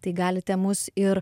tai galite mus ir